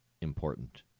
important